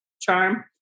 charm